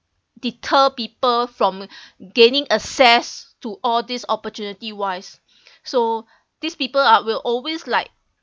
deter people from gaining access to all this opportunity wise so these people are will always like